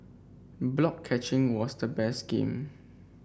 block catching was the best game